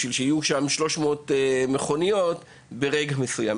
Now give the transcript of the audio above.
אפשר שיהיו בהם 300 מכוניות בו זמנית,